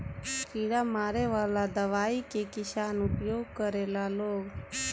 कीड़ा मारे वाला दवाई के किसान उपयोग करेला लोग